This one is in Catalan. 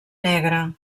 negre